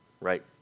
Right